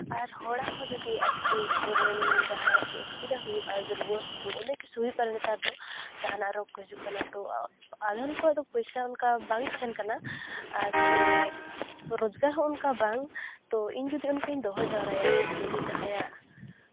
ᱟᱨ ᱦᱚᱲᱟᱜ ᱦᱚᱸ ᱡᱩᱫᱤ ᱟᱛᱳ ᱠᱚᱨᱮᱱ ᱡᱟᱦᱟᱭᱟᱜ ᱜᱮ ᱚᱥᱩᱵᱤᱫᱟ ᱦᱩᱭᱩᱜᱼᱟ ᱡᱮ ᱨᱩᱣᱟᱹ ᱦᱟᱹᱥᱩ ᱚᱱᱮᱠ ᱠᱤᱪᱷᱩ ᱦᱩᱭᱩᱜ ᱠᱟᱱᱟ ᱱᱮᱛᱟᱨ ᱫᱚ ᱡᱟᱦᱟᱱᱟᱜ ᱨᱳᱜᱽ ᱠᱚ ᱦᱤᱡᱩᱜ ᱠᱟᱱᱟ ᱛᱚ ᱟᱫᱷᱚᱢ ᱠᱚᱣᱟᱜ ᱫᱚ ᱯᱚᱭᱥᱟ ᱚᱱᱠᱟ ᱵᱟᱝ ᱛᱟᱦᱮᱱ ᱠᱟᱱᱟ ᱟᱨ ᱥᱮ ᱨᱳᱡᱽᱜᱟᱨ ᱦᱚᱸ ᱚᱱᱠᱟ ᱵᱟᱝ ᱛᱚ ᱤᱧ ᱡᱩᱫᱤ ᱚᱱᱠᱟᱧ ᱫᱚᱦᱚ ᱡᱟᱣᱨᱟᱭᱟ ᱡᱩᱫᱤ ᱡᱟᱦᱟᱭᱟᱜ